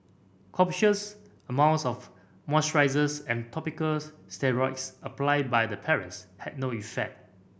copious amounts of moisturisers and topical steroids applied by the parents had no effect